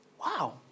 Wow